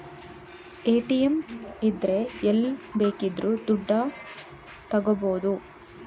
ATM ಇದ್ರೆ ಎಲ್ಲ್ ಬೇಕಿದ್ರು ದುಡ್ಡ ತಕ್ಕಬೋದು